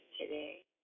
today